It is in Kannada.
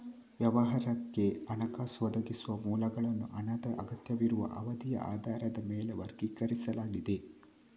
ವ್ಯವಹಾರಕ್ಕೆ ಹಣಕಾಸು ಒದಗಿಸುವ ಮೂಲಗಳನ್ನು ಹಣದ ಅಗತ್ಯವಿರುವ ಅವಧಿಯ ಆಧಾರದ ಮೇಲೆ ವರ್ಗೀಕರಿಸಲಾಗಿದೆ